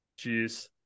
Jeez